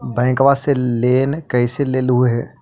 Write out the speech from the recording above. बैंकवा से लेन कैसे लेलहू हे?